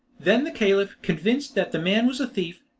then the caliph, convinced that the man was a thief,